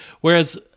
Whereas